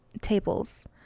tables